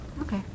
Okay